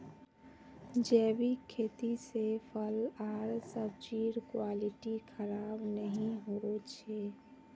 जैविक खेती से फल आर सब्जिर क्वालिटी खराब नहीं हो छे